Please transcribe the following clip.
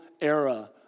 era